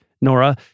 Nora